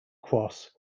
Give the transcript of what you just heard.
cross